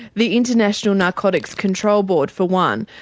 the international narcotics control board for one,